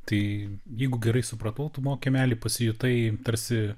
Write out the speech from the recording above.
tai jeigu gerai supratau tumo kiemely pasijutai tarsi